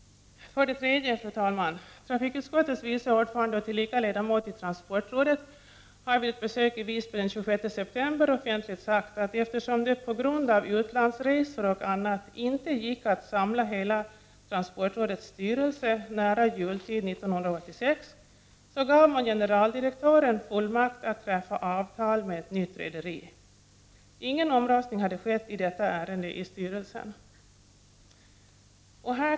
För det tredje: Trafikutskottets vice ordförande och tillika ledamot i transportrådet har vid ett besök i Visby den 26 september offentligt sagt att eftersom det på grund av utlandsresor och annat inte gick att samla hela transportrådets styrelse nära jultid 1986, så gav man generaldirektören fullmakt att träffa avtal med ett nytt rederi. Ingen omröstning hade skett i detta ärende i styrelsen.